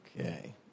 Okay